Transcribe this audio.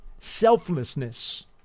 selflessness